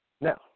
Now